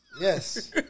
Yes